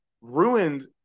ruined